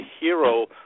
hero